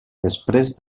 després